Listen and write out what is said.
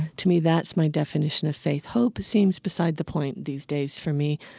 to me, that's my definition of faith. hope seems besides the point these days for me.